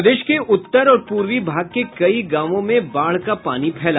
प्रदेश के उत्तर और पूर्वी भाग के कई गांवों में बाढ़ का पानी फैला